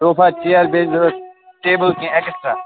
sofa chair بیٚیہِ چھِ ضروٗرت ٹیبُل کیٚنٛہہ ایٚکٕسٹرٛا